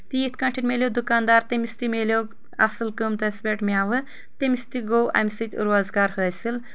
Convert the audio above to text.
تہٕ یتھ کٲٹھۍ مِلیو دُکاندار تٔمِس تہِ ملیو اصل قۭمتس پٮ۪ٹھ میوٕ تٔمِس تہِ گوٚو امہِ سۭتۍ روزگار حٲصل